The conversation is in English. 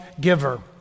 giver